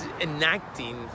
enacting